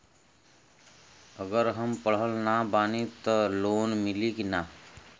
अगर हम पढ़ल ना बानी त लोन मिली कि ना?